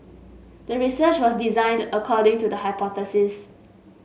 the research was designed according to the hypothesis